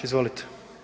Izvolite.